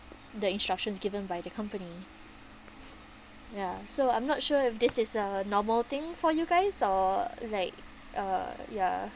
the instructions given by the company ya so I'm not sure if this is a normal thing for you guys or like uh ya